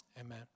amen